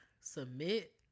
submit